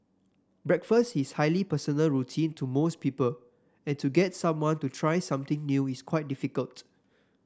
breakfast is highly personal routine to most people and to get someone to try something new is quite difficult